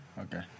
Okay